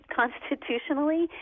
constitutionally